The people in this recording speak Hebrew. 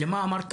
יושב פה